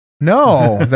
No